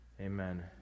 Amen